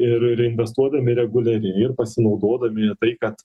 ir investuodami reguliariai ir pasinaudodami tai kad